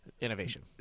Innovation